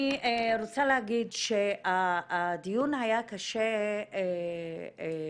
אני רוצה להגיד שהדיון היה קשה לא